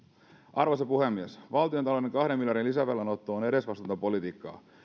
arvoisa puhemies valtiontalouden kahden miljardin lisävelan otto on edesvastuutonta politiikkaa